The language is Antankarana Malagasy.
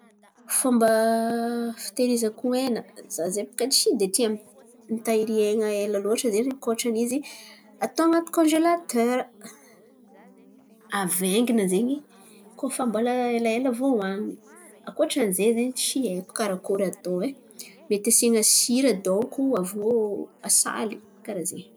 Fomba fitehirizako hena, za zen̈y baka tsy de tia m- mitahiry hen̈a ela loatra zen̈y ankoatrany izy atao an̈aty konzelatera, avaingana zen̈y koa fa mbola elaela zen̈y vo hoanin̈y. Ankoatrany zen̈y zen̈y tsy haiko karakôry atao e. Mety asian̈a sira donko aviô asaly. Karà zen̈y.